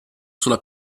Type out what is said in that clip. sulla